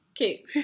Okay